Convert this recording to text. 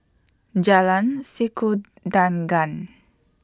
Jalan Sikudangan